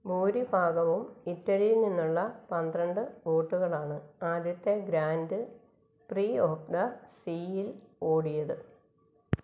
ഭൂരിഭാഗവും ഇറ്റലിയിൽ നിന്നുള്ള പന്ത്രണ്ട് ബോട്ടുകളാണ് ആദ്യത്തെ ഗ്രാൻഡ് പ്രീ ഓഫ് ദ സീയിൽ ഓടിയത്